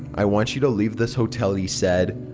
i want you to leave this hotel. he said.